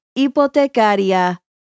hipotecaria